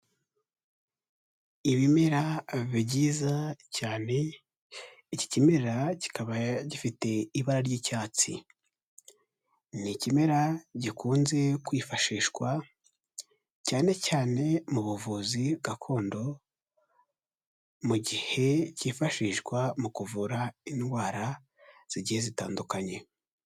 Ibimera byiza cyane, iki kimera kikaba gifite ibara ry'icyatsi, ni ikimera gikunze kwifashishwa cyane cyane mu buvuzi gakondo, mu gihe cyifashishwa mu kuvura indwara zigiye zitandukanye.